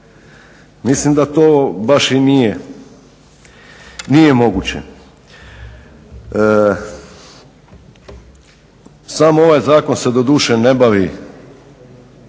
Mislim da to baš i nije moguće. Samo ovaj zakon se doduše ne bavi